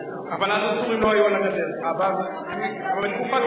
כי זה עניין תקציבי מובהק וביטחוני מובהק,